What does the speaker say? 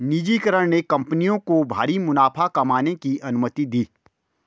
निजीकरण ने कंपनियों को भारी मुनाफा कमाने की अनुमति दी